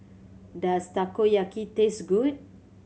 does Takoyaki taste good